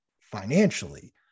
financially